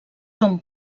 són